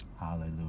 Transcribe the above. Hallelujah